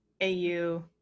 AU